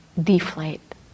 deflate